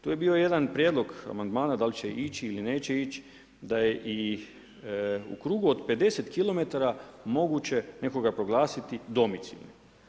Tu je bio jedan prijedlog amandmana, da li će ići ili neće ići, da je i u krugu od 50 km moguće nekoga proglasiti domicilnim.